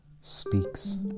speaks